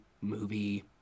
movie